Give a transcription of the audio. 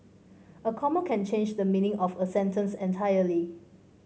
a comma can change the meaning of a sentence entirely